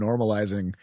normalizing –